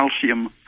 calcium